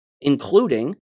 including